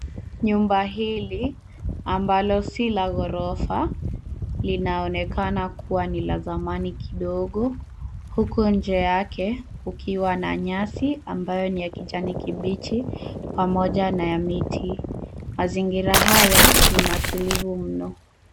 Nyumba hili ambalo si la ghorofa linaonekana kuwa ni la zamani kidogo, huku nje yake kukiwa na nyasi ambayo ni ya kijani kibichi pamoja na ya miti. Mazingira haya ni matulivu mno.